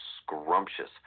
scrumptious